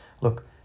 Look